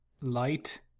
light